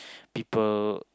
people